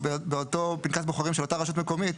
באותו פנקס בוחרים של אותה רשות מקומית,